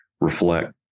reflect